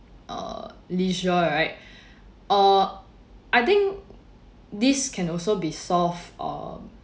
err leisure right uh I think this can also be solve um